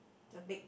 the bed